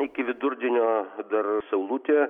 iki vidurdienio dar saulutė